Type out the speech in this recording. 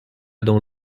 dans